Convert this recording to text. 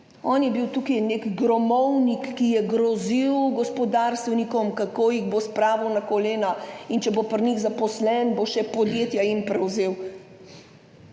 On je bil tukaj nek gromovnik, ki je grozil gospodarstvenikom, kako jih bo spravil na kolena in če bo pri njih zaposlen, bo jim še podjetja prevzel.